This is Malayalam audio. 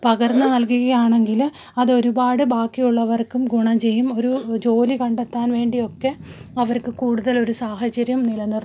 പകർന്നു നൽകുകയാണെങ്കിൽ അതൊരുപാട് ബാക്കിയുള്ളവർക്കും ഗുണം ചെയ്യും ഒരു ജോലി കണ്ടെത്താൻ വേണ്ടിയൊക്കെ അവർക്ക് കൂടുതൽ ഒരു സാഹചര്യം നിലനിർത്തും